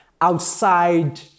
outside